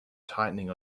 tightening